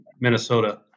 Minnesota